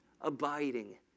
abiding